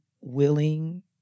willing